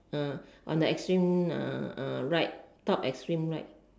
on the extreme right top extreme right